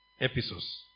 episodes